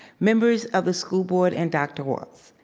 members of the school board, and dr. walts.